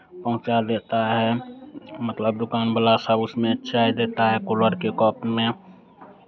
पहुँचा देता है मतलब दुकान वाला सब उसमें चाय देता है कुल्हड़ के कप में